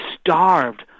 starved